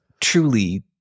truly